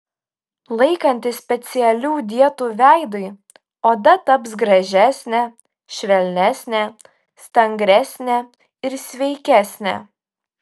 laikantis specialių dietų veidui oda taps gražesnė švelnesnė stangresnė ir sveikesnė